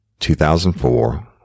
2004